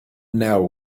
now